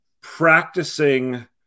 practicing